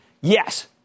Yes